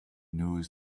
knows